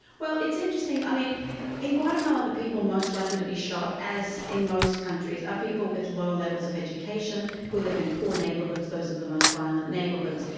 well, it's interesting, in guatemala the people most likely to be shot, as in most countries, are people with low levels of education, who live in poor neighbourhoods, those of the most violent neighbourhoods.